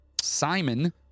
Simon